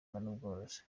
n’ubworozi